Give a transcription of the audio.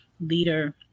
leader